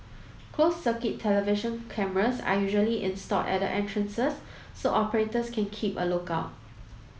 closed circuit television cameras are usually installed at the entrances so operators can keep a look out